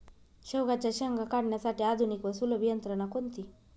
शेवग्याच्या शेंगा काढण्यासाठी आधुनिक व सुलभ यंत्रणा कोणती?